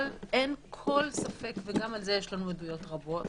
אבל אין ספק וגם על זה יש לנו עדויות רבות